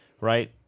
right